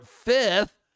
fifth